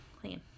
clean